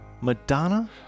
Madonna